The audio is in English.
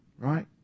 Right